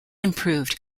improved